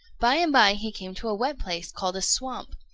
by and by he came to a wet place called a swamp.